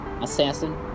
assassin